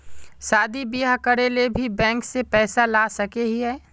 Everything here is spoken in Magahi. शादी बियाह करे ले भी बैंक से पैसा ला सके हिये?